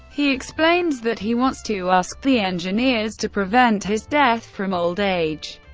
he explains that he wants to ask the engineers to prevent his death from old age.